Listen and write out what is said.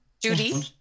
Judy